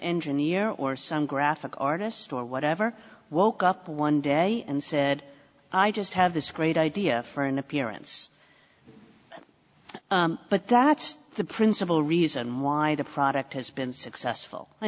engineer or some graphic artist or whatever woke up one day and said i just have this great idea for an appearance but that's the principle reason why the product has been successful i